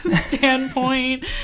standpoint